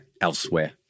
elsewhere